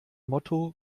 motto